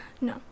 No